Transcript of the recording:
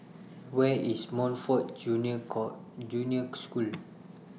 Where IS Montfort Junior Junior School